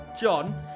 John